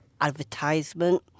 advertisement